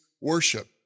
worship